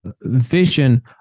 vision